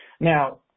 Now